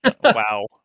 Wow